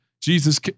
Jesus